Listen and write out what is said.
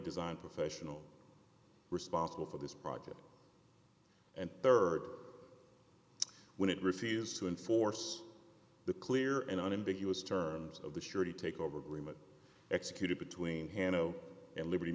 design professional responsible for this project and rd when it receives to enforce d the clear and unambiguous terms of the surety takeover agreement executed between hanno and liberty